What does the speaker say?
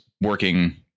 working